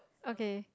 okay